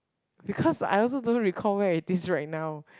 because I also don't recall where it is right now